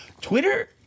Twitter